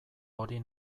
hori